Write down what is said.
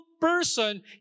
person